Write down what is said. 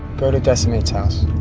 go to decimate's house.